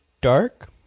dark